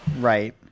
Right